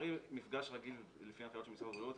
אפשרי מפגש רגיל לפי ההנחיות של משרד הבריאות,